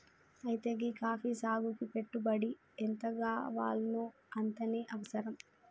అయితే గీ కాఫీ సాగుకి పెట్టుబడి ఎంతగావాల్నో అంతనే అవసరం